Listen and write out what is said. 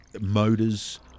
motors